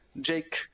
Jake